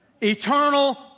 Eternal